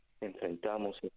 enfrentamos